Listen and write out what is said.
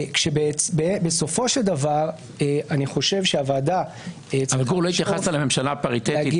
כשבסופו של דבר אני חושב שהוועדה --- לא התייחסת לממשלה הפריטטית,